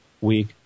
week